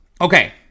Okay